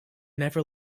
never